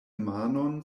manon